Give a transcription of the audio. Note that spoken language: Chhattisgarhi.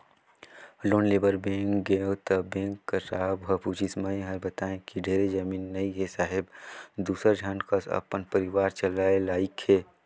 लोन लेय बर बेंक गेंव त बेंक कर साहब ह पूछिस मै हर बतायें कि ढेरे जमीन नइ हे साहेब दूसर झन कस अपन परिवार चलाय लाइक हे